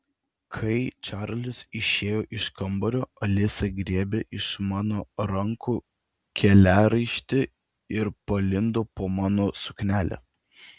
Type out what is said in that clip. kai čarlis išėjo iš kambario alisa griebė iš mano rankų keliaraišti ir palindo po mano suknele